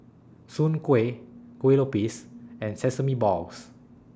Soon Kueh Kuih Lopes and Sesame Balls